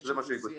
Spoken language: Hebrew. שזה מה שיתקבל.